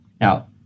Now